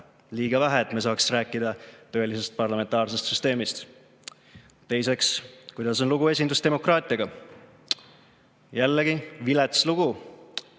Liiga vähe, et me saaksime rääkida tõelisest parlamentaarsest süsteemist. Teiseks, kuidas on lugu esindusdemokraatiaga? Jällegi vilets lugu,